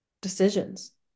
decisions